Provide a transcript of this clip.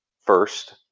first